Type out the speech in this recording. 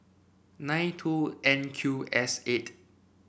nine two N Q S eight